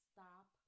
Stop